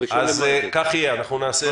אז כך יהיה, אנחנו נעשה את זה.